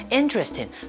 interesting